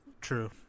true